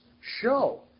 show